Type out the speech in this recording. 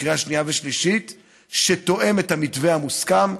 לקריאה שנייה ושלישית שתואם את המתווה המוסכם,